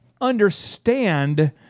understand